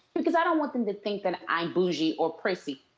because i don't want them to think that i'm boujee or prissy.